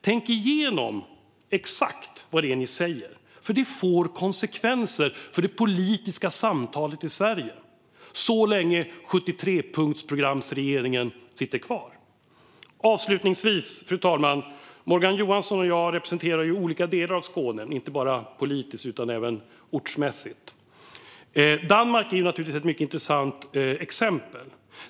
Tänk igenom exakt vad det är ni säger, för det får konsekvenser för det politiska samtalet i Sverige så länge 73-punktsprogramsregeringen sitter kvar. Avslutningsvis, fru talman: Morgan Johansson och jag representerar ju olika delar av Skåne, inte bara politiskt utan även ortsmässigt. Danmark är naturligtvis ett mycket intressant exempel.